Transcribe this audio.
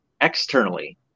externally